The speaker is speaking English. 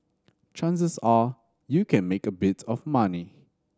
chances are you can make a bit of money